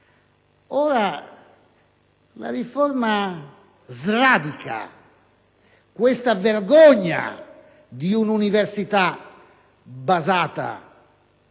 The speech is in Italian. Ora la riforma sradica questa vergogna di un'università basata